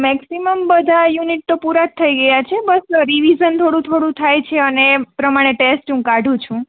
maximum બધા unit તો પૂરા જ થઈ ગયા છે બસ રિવીજન થોડું થોડું થાય છે અને એ પ્રમાણે ટેસ્ટ હું કાઢું છું